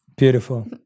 Beautiful